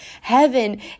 Heaven